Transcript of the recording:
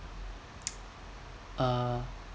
uh